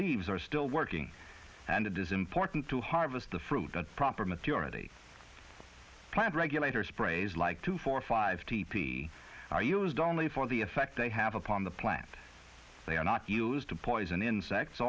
leaves are still working and it is important to harvest the fruit the proper maturity plant regulator sprays like two four five t p are used only for the effect they have upon the plant they are not used to poison insects